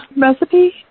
recipe